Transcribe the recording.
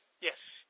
Yes